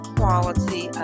quality